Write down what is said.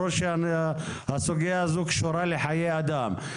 ברור שהסוגיה הזאת קשורה לחיי אדם.